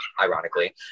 ironically